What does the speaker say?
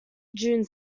june